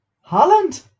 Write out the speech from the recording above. Holland